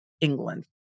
England